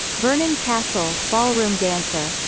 vernon castle, ballroom dancer